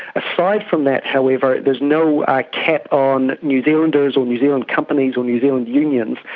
aside from that however there is no cap on new zealanders or new zealand companies or new zealand unions,